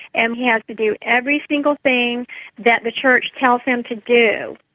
and he has to do every single thing that the church tells him to do.